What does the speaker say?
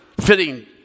fitting